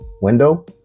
window